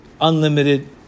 unlimited